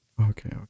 Okay